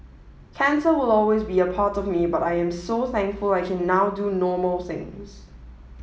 cancer will always be a part of me but I am so thankful I can now do normal things